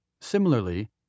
Similarly